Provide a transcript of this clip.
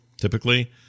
Typically